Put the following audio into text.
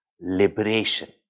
liberation